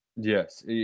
Yes